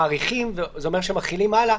מאריכים זה אומר שמחילים הלאה,